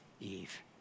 Eve